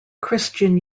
christian